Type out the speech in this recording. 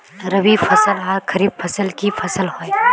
रवि फसल आर खरीफ फसल की फसल होय?